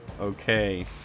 okay